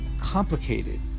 complicated